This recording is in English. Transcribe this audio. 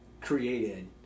created